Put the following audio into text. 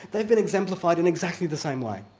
they've been exemplified in exactly the same way.